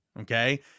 okay